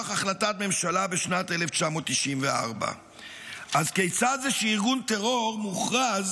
החלטת ממשלה בשנת 1994. אז כיצד זה שארגון טרור מוכרז